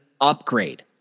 upgrade